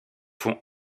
font